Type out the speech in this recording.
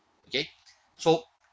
okay so